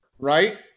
Right